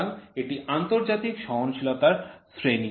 সুতরাং এটি আন্তর্জাতিক সহনশীলতার শ্রেণী